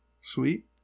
Sweet